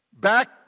back